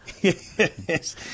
Yes